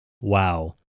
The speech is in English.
Wow